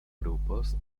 grupos